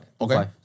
okay